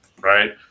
Right